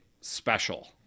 special